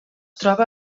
troba